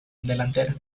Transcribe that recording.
delantera